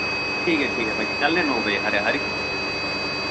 ठीक ऐ ठीक ऐ भाइया चलनेआं नौ बजे हारे खरी